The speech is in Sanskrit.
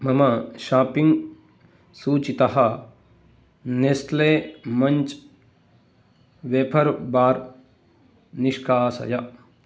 मम शाप्पिङ्ग् सूचीतः नेस्ले मञ्च् वेफर् बार् निष्कासय